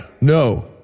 No